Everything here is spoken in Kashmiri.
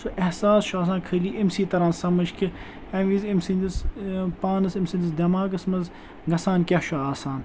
سُہ احساس چھُ آسان خٲلی أمسی تَران سَمجھ کہِ اَمہِ وِزِ أمۍ سٕنٛدِس پانَس أمۍ سٕنٛدِس دٮ۪ماغَس منٛز گژھان کیاہ چھُ آسان